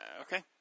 Okay